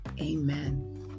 Amen